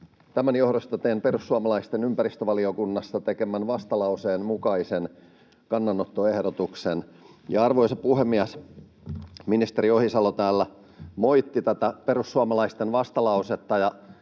Tämän johdosta teen perussuomalaisten ympäristövaliokunnassa tekemän vastalauseen mukaisen kannanottoehdotuksen. Arvoisa puhemies! Ministeri Ohisalo täällä moitti tätä perussuomalaisten vastalausetta,